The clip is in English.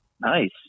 Nice